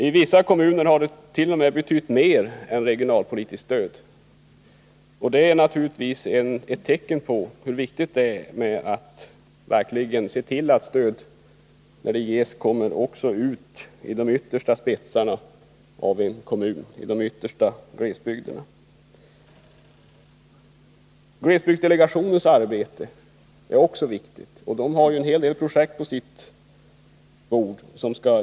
I vissa kommuner har det t.o.m. betytt mera än det regionalpolitiska stödet. Det är naturligtvis ett tecken på hur viktigt det är att verkligen se till att stöd när det ges också kommer ut i de yttersta glesbygderna. Glesbygdsdelegationens arbete är också viktigt. Delegationen har en hel del projekt som skall genomföras.